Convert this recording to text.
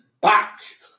boxed